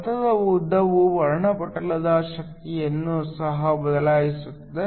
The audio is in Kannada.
ಪಥದ ಉದ್ದವು ವರ್ಣಪಟಲದ ಶಕ್ತಿಯನ್ನು ಸಹ ಬದಲಾಯಿಸುತ್ತದೆ